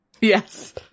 yes